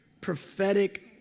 prophetic